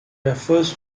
refers